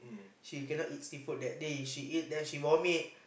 she cannot eat seafood that day she eat then she vomit